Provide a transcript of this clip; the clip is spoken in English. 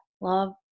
love